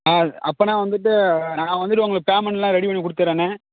ஆ அப்போன்னா வந்துட்டு நான் வந்துட்டு உங்களுக்கு பேமெண்ட்லாம் ரெடி பண்ணிக் கொடுத்துட்றேண்ணே